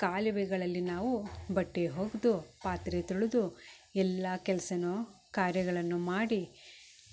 ಕಾಲುವೆಗಳಲ್ಲಿ ನಾವು ಬಟ್ಟೆ ಒಗ್ದು ಪಾತ್ರೆ ತೊಳೆದು ಎಲ್ಲ ಕೆಲಸನು ಕಾರ್ಯಗಳನ್ನು ಮಾಡಿ